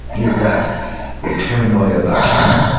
is that the paranoia about china,